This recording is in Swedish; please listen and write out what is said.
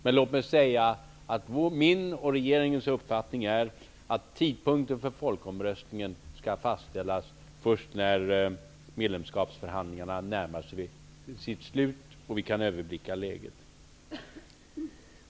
Men låt mig säga att det är min och regeringens uppfattning att tidpunkten för folkomröstningen skall fastställas först när medlemskapsförhandlingarna närmar sig sitt slut och vi kan överblicka läget.